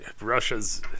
Russia's